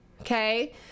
okay